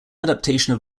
adaptation